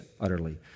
utterly